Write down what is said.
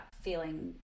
feeling